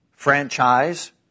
franchise